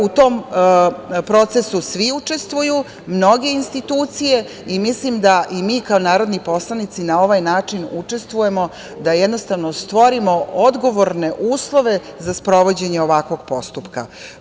U tom procesu svi učestvuju, mnoge institucije i mislim da i mi kao narodni poslanici na ovaj način učestvujemo, da jednostavno stvorimo odgovorne uslove za sprovođenje ovakvog postupka.